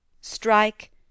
Strike